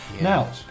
Now